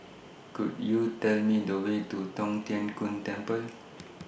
Could YOU Tell Me The Way to Tong Tien Kung Temple